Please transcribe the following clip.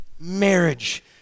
marriage